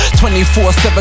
24-7